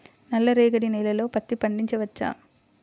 నల్ల రేగడి నేలలో పత్తి పండించవచ్చా?